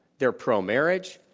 they're pro-marriage,